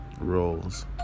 roles